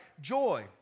joy